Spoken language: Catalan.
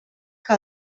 que